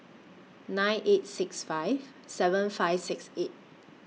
nine eight six five seven five six eight